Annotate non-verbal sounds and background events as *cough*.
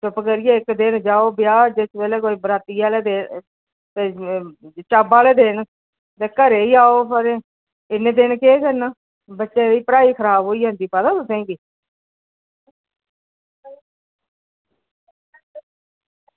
चुप्प करियै इक दिन जाओ ब्याह् जिस बेल्लै कोई बराती आह्ले दिन चाब्भा आह्ले दिन ते घरै ई आओ *unintelligible* इन्ने दिन केह् करना बच्चे दी पढ़ाई खराब होई जंदी पता ऐ तुसेंगी